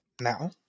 Now